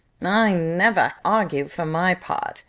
i never argue, for my part,